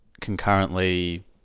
concurrently